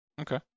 Okay